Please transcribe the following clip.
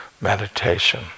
meditation